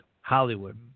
Hollywood